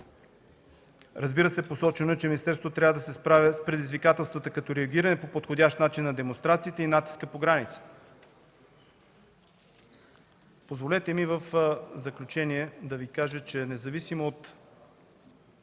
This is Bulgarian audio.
Разбира се, посочено е, че министерството трябва да се справя с предизвикателствата, като реагира по подходящ начин на демонстрациите и натиска по границите. Позволете ми в заключение да Ви кажа, че независимо от